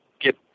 get